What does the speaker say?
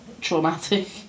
traumatic